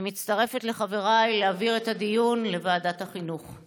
אני מצטרפת לחבריי להעביר את הדיון לוועדת החינוך.